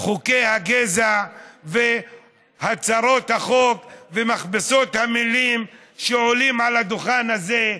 חוקי הגזע והצהרות החוק ומכבסות המילים שעולים על הדוכן הזה,